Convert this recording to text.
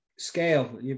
Scale